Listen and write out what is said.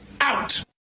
out